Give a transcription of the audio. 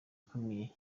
ikomeye